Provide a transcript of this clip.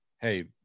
Hey